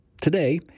Today